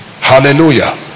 Hallelujah